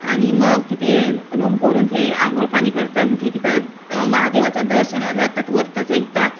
आणि मग तिथे रूम करून ते अंघोळ पाणी करतात ते तिथं महादेवाच्या दर्शनाला जातात वरतीच एकतात